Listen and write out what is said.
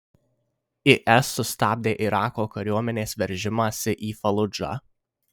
is sustabdė irako kariuomenės veržimąsi į faludžą